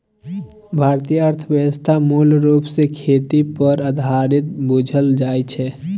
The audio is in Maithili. भारतीय अर्थव्यवस्था मूल रूप सँ खेती पर आधारित बुझल जाइ छै